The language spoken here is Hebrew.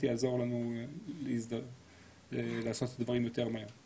יעזור לנו לעשות את הדברים מהר יותר.